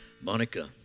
Monica